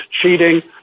cheating